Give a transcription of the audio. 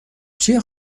چیه